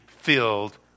filled